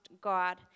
God